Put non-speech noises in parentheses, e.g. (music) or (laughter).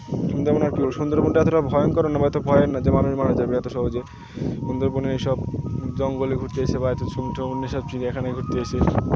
সুন্দরবন কী সুন্দরবন যেটা যেটা ভয়ঙ্কর না বা এত ভয় না যে মানুষের মানা যাবে এত সহজে সুন্দরবনে এই সব জঙ্গলে ঘুরতে এসে বা (unintelligible) সব চিড়িয়াখানায় ঘুরতে এসে